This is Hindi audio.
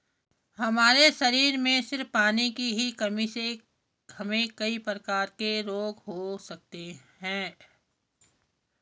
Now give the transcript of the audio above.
हमारे शरीर में सिर्फ पानी की ही कमी से हमे कई प्रकार के रोग हो सकते है